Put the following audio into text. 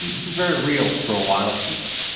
and this is very real for a lot of people.